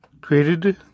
created